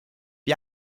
wir